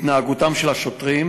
התנהגותם של שוטרים